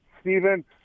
Stephen